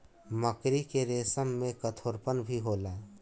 मकड़ी के रेसम में कठोरपन भी होला